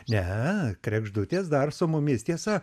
ne kregždutės dar su mumis tiesa